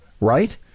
right